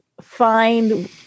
find